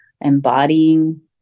embodying